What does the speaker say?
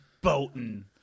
boating